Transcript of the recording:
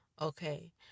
okay